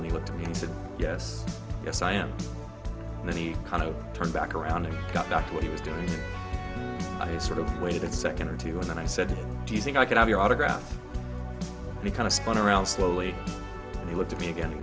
and he looked at me and said yes yes i am and then he kind of turned back around and got back with his sort of way to the second or two and i said do you think i could have your autograph he kind of spun around slowly and he looked at me again